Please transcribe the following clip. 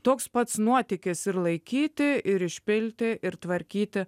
toks pats nuotykis ir laikyti ir išpilti ir tvarkyti